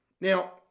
Now